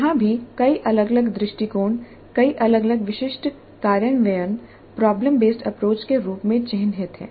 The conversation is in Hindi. यहां भी कई अलग अलग दृष्टिकोण कई अलग अलग विशिष्ट कार्यान्वयन प्रॉब्लम बेसड अप्रोच के रूप में चिह्नित हैं